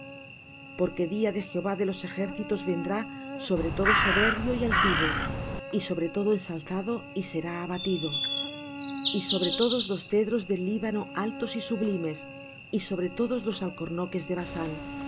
porque día de jehová de los ejércitos vendrá sobre todo soberbio y altivo y sobre todo ensalzado y será abatido y sobre todos los cedros del líbano altos y sublimes y sobre todos los alcornoques de basán